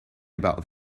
about